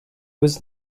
was